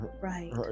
right